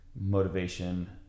motivation